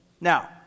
Now